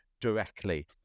directly